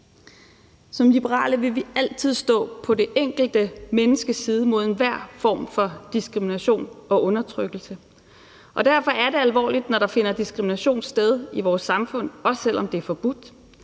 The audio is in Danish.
Som liberale vil vi altid stå på det enkelte menneskes side mod enhver form for diskrimination og undertrykkelse, og derfor er det alvorligt, når der finder diskrimination sted i vores samfund, også selv om det er forbudt.